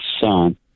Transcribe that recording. son